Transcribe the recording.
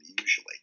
usually